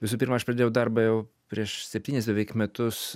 visų pirma aš pradėjau darbą jau prieš septynis beveik metus